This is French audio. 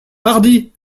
pardi